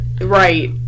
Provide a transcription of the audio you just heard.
Right